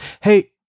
Hey